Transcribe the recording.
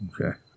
Okay